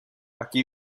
aquí